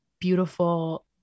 beautiful